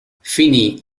finì